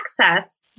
access